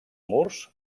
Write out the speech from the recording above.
murs